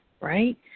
right